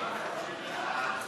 להצביע.